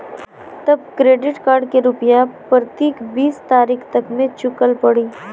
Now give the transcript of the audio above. तब credit card के रूपिया प्रतीक बीस तारीख तक मे चुकल पड़ी?